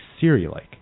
Siri-like